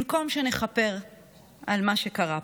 במקום שנכפר על מה שקרה פה,